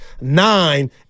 nine